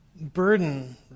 burden